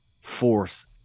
force